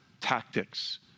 tactics